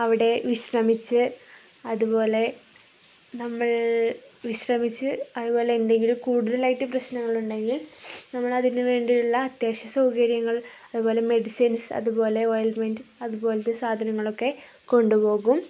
അവിടെ വിശ്രമിച്ച് അതുപോലെ നമ്മൾ വിശ്രമിച്ച് അതുപോലെ എന്തെങ്കിലും കൂടുതലായിട്ടു പ്രശ്നങ്ങളുണ്ടെങ്കിൽ നമ്മളതിനു വേണ്ടിയുള്ള അത്യാവശ്യ സൗകര്യങ്ങൾ അതുപോലെ മെഡിസിൻസ് അതുപോലെ ഓയിന്റ്മെൻറ് അതുപോലത്തെ സാധനങ്ങളൊക്കെ കൊണ്ടുപോകും